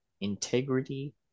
integrity